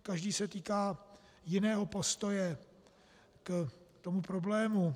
Každý se týká jiného postoje k tomu problému.